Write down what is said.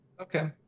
Okay